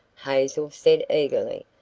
hazel said eagerly.